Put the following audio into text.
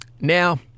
Now